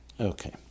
Okay